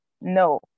no